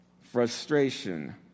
frustration